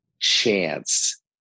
chance